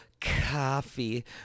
coffee